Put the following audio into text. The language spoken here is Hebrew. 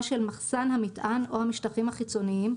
של מחסן המטען או המשטחים החיצוניים,